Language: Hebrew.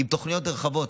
עם תוכניות נרחבות.